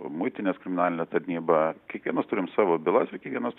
muitinės kriminalinė tarnyba kiekvienas turim savo bylas ir kiekvienas